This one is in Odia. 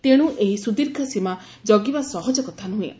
ତେଣୁ ଏହି ସୁଦୀର୍ଘ ସୀମା ଜଗିବା ସହଜ କଥା ନୁହେଁ